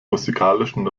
musikalischen